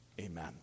amen